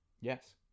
Yes